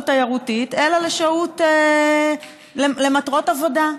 תיירותית אלא לשהות למטרות עבודה.